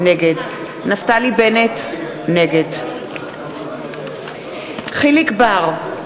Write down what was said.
נגד נפתלי בנט, נגד יחיאל חיליק בר,